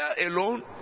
alone